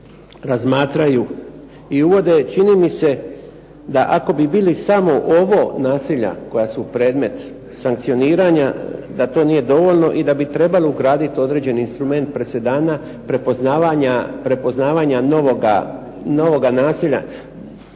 razmatraju i uvode čini mi se da ako bi bili samo ovo nasilja koja su predmet sankcioniranja da to nije dovoljno i da bi trebalo ugraditi određeni instrument prepoznavanja novoga nasilja,